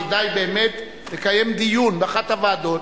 כדאי באמת לקיים דיון באחת הוועדות,